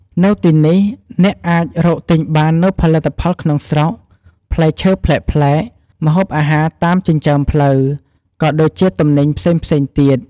នៅទីនេះ អ្នកអាចរកទិញបាននូវផលិតផលក្នុងស្រុក ផ្លែឈើប្លែកៗ ម្ហូបអាហារតាមចិញ្ចើមផ្លូវ ក៏ដូចជាទំនិញផ្សេងៗទៀត។